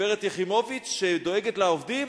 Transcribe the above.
גברת יחימוביץ, שדואגת לעובדים?